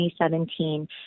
2017